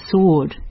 Sword